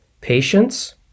patience